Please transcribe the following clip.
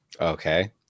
Okay